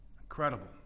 Incredible